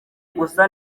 gusa